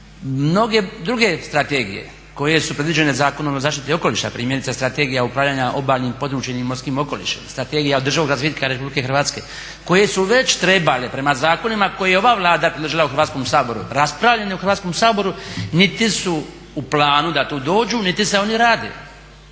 Mnoge druge strategije koje su predviđene Zakonom o zaštiti okoliša, primjerice Strategija upravljanja obalnim područjem i morskim okolišem, Strategija održivog razvitka Republike Hrvatske koje su već trebale prema zakonima koje je ova Vlada predložila u Hrvatskom saboru raspravljeni u Hrvatskom saboru niti su u planu da tu dođu niti se oni rade.